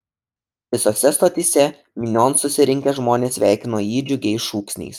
visose stotyse minion susirinkę žmonės sveikino jį džiugiais šūksniais